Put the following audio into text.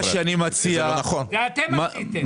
זה אתם עשיתם.